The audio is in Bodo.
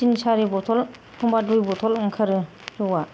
तिन सारि बटल एखमब्ला दुइ बटल ओंखारो जौआ